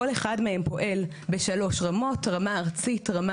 כל אחד מהם פועל בשלוש רמות: רמה ארצית, רמה